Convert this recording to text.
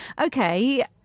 Okay